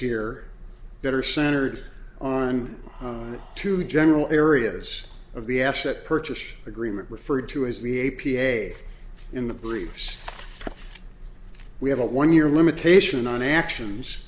here that are centered on two general areas of the asset purchase agreement referred to as the a p a in the briefs we have a one year limitation on actions